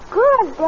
good